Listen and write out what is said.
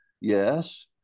yes